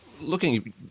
Looking